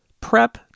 prep